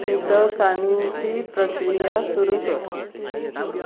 नितळसाणीची प्रक्रिया सुरू कर